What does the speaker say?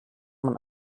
man